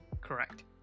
Correct